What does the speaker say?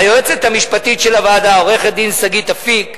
ליועצת המשפטית של הוועדה, עורכת-הדין שגית אפיק,